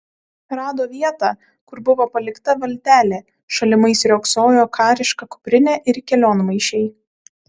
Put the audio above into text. rado vietą kur buvo palikta valtelė šalimais riogsojo kariška kuprinė ir kelionmaišiai